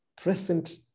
present